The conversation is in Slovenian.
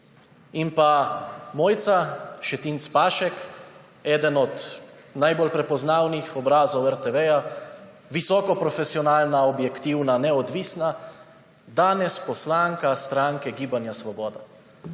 In pa Mojca Šetinc Pašek, eden od najbolj prepoznavnih obrazov RTV. Visoko profesionalna, objektivna, neodvisna, danes poslanka stranke Gibanje Svoboda.